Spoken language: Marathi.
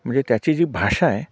म्हणजे त्याची जी भाषा आहे